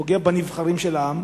פוגע בנבחרים של העם.